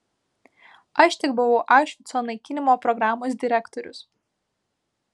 aš tik buvau aušvico naikinimo programos direktorius